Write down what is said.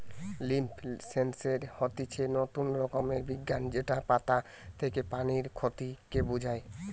leaf sensor হতিছে নতুন রকমের বিজ্ঞান যেটা পাতা থেকে পানির ক্ষতি কে বোঝায়